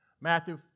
Matthew